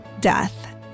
death